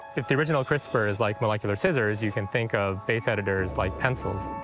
if the original crispr is like molecular scissors, you can think of base editors like pencils.